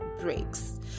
breaks